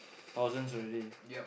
thousands already